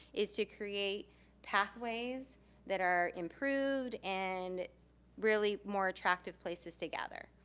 is to create pathways that are improved, and really more attractive places to gather.